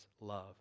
love